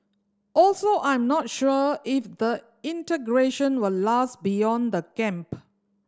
also I'm not sure if the integration will last beyond the camp